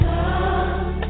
love